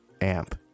amp